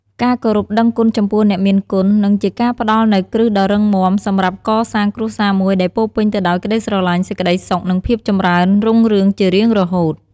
ការគោរពដឹងគុណចំពោះអ្នកមានគុណ និងជាការផ្តល់នូវគ្រឹះដ៏រឹងមាំសម្រាប់កសាងគ្រួសារមួយដែលពោរពេញទៅដោយក្តីស្រឡាញ់ សេចក្តីសុខ និងភាពចម្រើនរុងរឿងជារៀងរហូត។